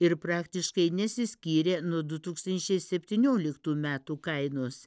ir praktiškai nesiskyrė nuo du tūkstančiai septynioliktų metų kainos